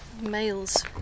males